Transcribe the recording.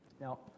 Now